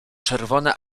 czerwone